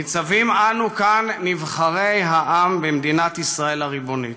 ניצבים אנו כאן, נבחרי העם במדינת ישראל הריבונית,